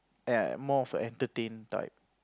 ya more of a entertain type